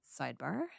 Sidebar